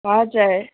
हजुर